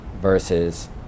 versus